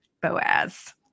Boaz